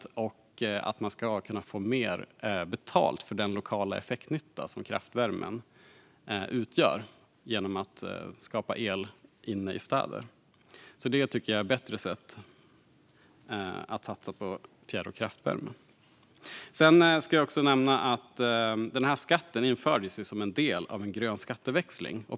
Vi vill också att man ska kunna få mer betalt för den lokala effektnytta som kraftvärmen utgör genom att skapa el inne i städer. Jag tycker att det är ett bättre sätt att satsa på fjärr och kraftvärme. Jag ska också nämna att den här skatten infördes som en del av en grön skatteväxling.